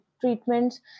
treatments